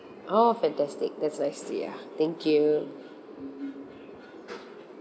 oh fantastic that's nice ya thank you